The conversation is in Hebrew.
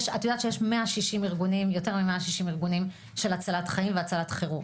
את יודעת שיש יותר מ- 160 ארגונים של הצלת חיים והצלת חירום?